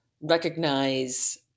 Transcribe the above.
recognize